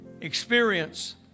experience